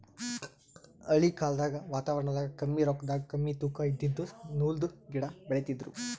ಹಳಿ ಕಾಲ್ದಗ್ ವಾತಾವರಣದಾಗ ಕಮ್ಮಿ ರೊಕ್ಕದಾಗ್ ಕಮ್ಮಿ ತೂಕಾ ಇದಿದ್ದು ನೂಲ್ದು ಗಿಡಾ ಬೆಳಿತಿದ್ರು